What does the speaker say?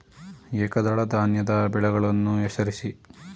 ಏಕದಳ ಧಾನ್ಯದ ಬೆಳೆಗಳನ್ನು ಹೆಸರಿಸಿ?